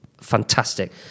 fantastic